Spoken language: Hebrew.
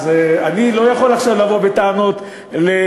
אז אני לא יכול עכשיו לבוא בטענות למי